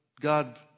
God